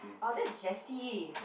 orh that's Jessie